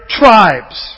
tribes